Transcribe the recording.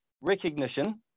recognition